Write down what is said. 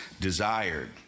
desired